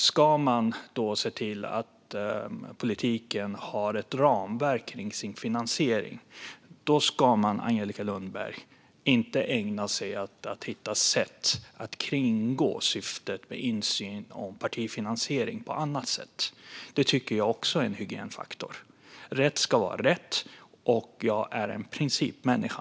Ska man se till att politiken har ett ramverk kring sin finansiering, Angelica Lundberg, ska man inte ägna sig åt att hitta sätt att kringgå syftet med insyn i partifinansiering på annat sätt. Det tycker jag också är en hygienfaktor. Rätt ska vara rätt. Jag är en principmänniska.